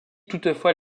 toutefois